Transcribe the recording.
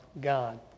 God